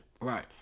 Right